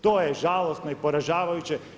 To je žalosno i poražavajuće!